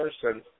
person